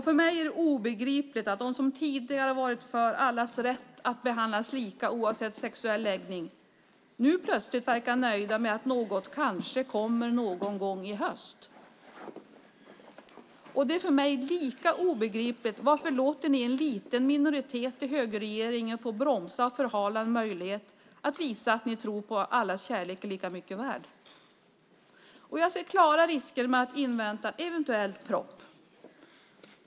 För mig är det obegripligt att de som tidigare har varit för allas rätt att behandlas lika oavsett sexuell läggning nu plötsligt verkar nöjda med att något kanske kommer någon gång i höst. Och lika obegripligt är det för mig att ni låter en liten minoritet i högerregeringen få bromsa och förhala en möjlighet att visa att ni tror på att allas kärlek är lika mycket värd. Jag ser klara risker med att invänta en eventuell proposition.